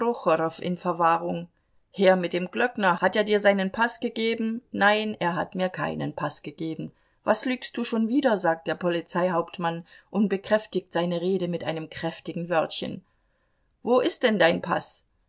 in verwahrung her mit dem glöckner hat er dir seinen paß gegeben nein er hat mir keinen paß gegeben was lügst du schon wieder sagt der polizeihauptmann und bekräftigt seine rede mit einem kräftigen wörtchen wo ist denn dein paß